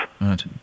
Right